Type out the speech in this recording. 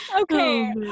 Okay